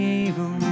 evil